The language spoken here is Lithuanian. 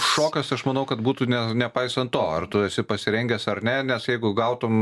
šokas aš manau kad būtų ne nepaisant to ar tu esi pasirengęs ar ne nes jeigu gautum